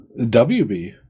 WB